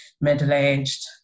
middle-aged